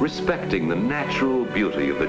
respecting the natural beauty of